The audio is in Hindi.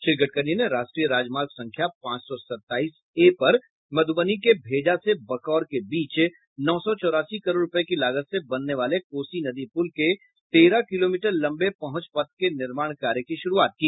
श्री गडकरी ने राष्ट्रीय राजमार्ग संख्या पांच सौ सताईस ए पर मधुबनी के भेजा से बकौर के बीच नौ सौ चौरासी करोड़ रूपये की लागत से बनने वाले कोसी नदी पूल के तेरह किलोमीटर लंबे पहुंच पथ के निर्माण कार्य की शुरूआत की